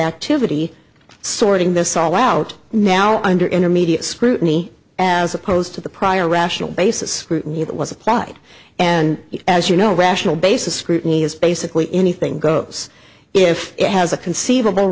sorting this all out now under intermediate scrutiny as opposed to the prior rational basis that was applied and as you know rational basis scrutiny is basically anything goes if it has a conceivable